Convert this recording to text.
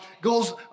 goes